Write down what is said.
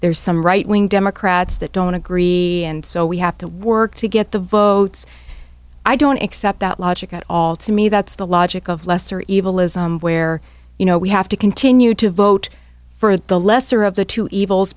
there's some right wing democrats that don't agree and so we have to work to get the votes i don't accept that logic at all to me that's the logic of lesser evil isn't where you know we have to continue to vote for the lesser of the two evils